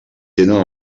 tenen